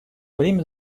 время